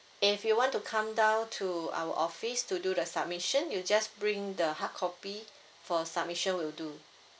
if you want to come down to our office to do the submission you just bring the hard copy for submission will do